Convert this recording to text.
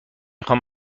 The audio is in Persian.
خوام